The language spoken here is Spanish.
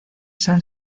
san